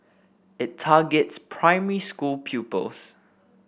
it targets primary school pupils